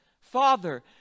Father